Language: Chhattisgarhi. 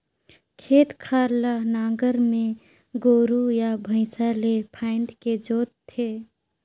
खेत खार ल नांगर में गोरू या भइसा ले फांदके जोत थे